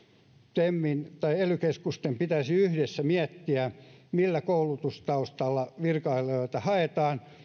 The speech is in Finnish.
temin tai ely keskusten pitäisi yhdessä miettiä millä koulutustaustalla virkailijoita haetaan